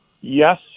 Yes